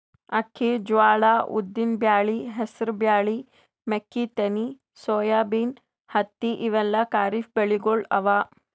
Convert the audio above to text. ಅಕ್ಕಿ, ಜ್ವಾಳಾ, ಉದ್ದಿನ್ ಬ್ಯಾಳಿ, ಹೆಸರ್ ಬ್ಯಾಳಿ, ಮೆಕ್ಕಿತೆನಿ, ಸೋಯಾಬೀನ್, ಹತ್ತಿ ಇವೆಲ್ಲ ಖರೀಫ್ ಬೆಳಿಗೊಳ್ ಅವಾ